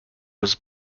was